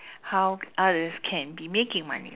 how others can be making money